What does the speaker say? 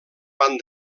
van